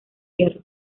hierro